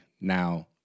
now